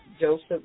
Joseph